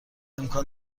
امکان